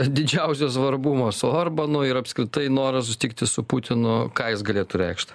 didžiausio svarbumo su orbanu ir apskritai noras susitikti su putinu ką jis galėtų reikšt